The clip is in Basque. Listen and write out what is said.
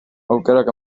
aukerak